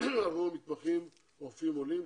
עבור מתמחים רופאים עולים.